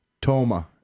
Toma